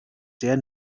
sehr